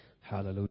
Hallelujah